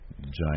giant